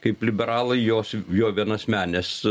kaip liberalai jos jo vienasmenės